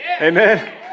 Amen